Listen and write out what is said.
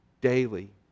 daily